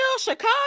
Chicago